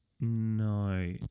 No